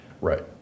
Right